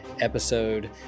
episode